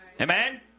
Amen